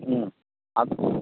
ꯎꯝ